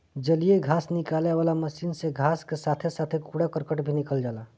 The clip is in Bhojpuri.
जलीय घास निकाले वाला मशीन से घास के साथे साथे कूड़ा करकट भी निकल जाला